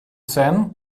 sein